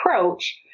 approach